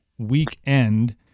Weekend